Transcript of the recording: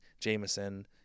Jameson